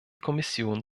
kommission